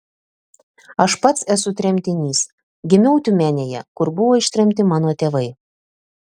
aš pats esu tremtinys gimiau tiumenėje kur buvo ištremti mano tėvai